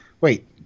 Wait